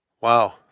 Wow